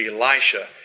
Elisha